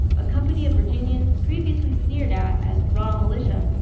a company of virginians, previously sneered at as raw militia,